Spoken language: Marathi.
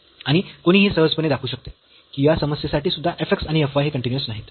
आणि कोणी हे सहजपणे दाखवू शकते की या समस्येसाठी सुद्धा f x आणि f y हे कन्टीन्यूअस नाहीत